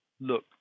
look